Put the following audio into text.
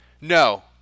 No